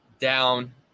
down